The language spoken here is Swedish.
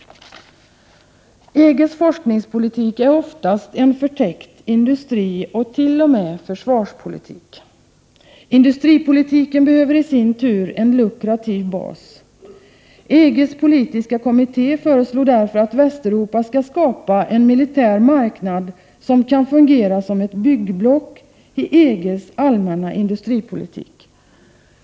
EG:s forskningspolitik är oftast en förtäckt industripolitik och t.o.m. en förtäckt försvarspolitik. Industripolitiken behöver i sin tur en lukrativ bas. EG:s politiska kommitté föreslog därför att Västeuropa skall skapa en militär marknad som kan fungera som ett ”byggblock” i EG:s allmänna industripoli 93 tik.